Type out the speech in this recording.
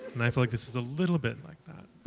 and i feel like this is a little bit like that.